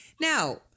Now